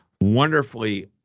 Wonderfully